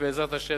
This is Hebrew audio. בעזרת השם,